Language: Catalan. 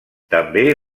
també